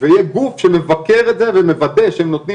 ויהיה גוף שמבקר את זה ומוודא שהם נותנים